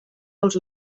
dels